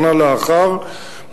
שנה לאחר,